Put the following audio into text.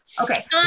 Okay